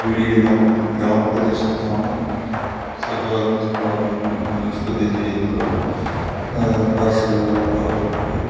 പൊരിയുന്ന പ്രദ് ഗ്രാമപ്രദേശത്താണ് സഹകരണ സ്ഥാപനങ്ങൾ സ്ഥിതി ചെയ്യുന്നത് കാർഷിക ആളുകൾക്ക്